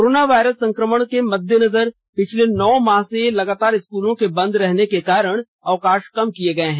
corona virus संकमण के मद्देनजर पिछले नौ माह से लगातार स्कूलों के बंद रहने के कारण अवकाष कम किए गए हैं